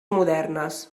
modernes